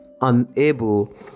unable